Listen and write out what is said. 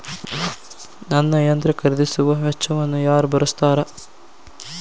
ನನ್ನ ಯಂತ್ರ ಖರೇದಿಸುವ ವೆಚ್ಚವನ್ನು ಯಾರ ಭರ್ಸತಾರ್?